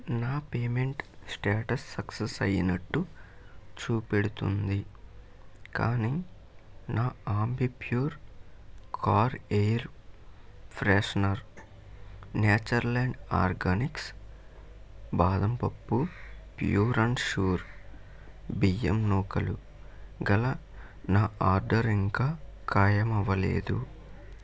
నా payment status success అయినట్టు చూపెడుతుంది కానీ నా Ambipur car air freshener natural and organics బాదంపప్పు ప్యూర్ అండ్ షూర్ బియ్యం నూకలు గల నా ఆర్డర్ ఇంకా కాయం అవ్వలేదు